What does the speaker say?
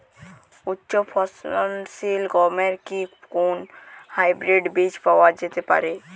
উচ্চ ফলনশীল গমের কি কোন হাইব্রীড বীজ পাওয়া যেতে পারে?